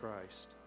Christ